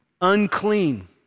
unclean